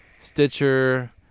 Stitcher